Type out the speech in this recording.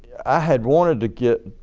i had wanted to get,